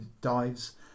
dives